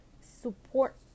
support